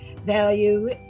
value